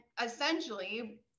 essentially